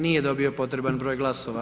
Nije dobio potreban broj glasova.